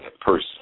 person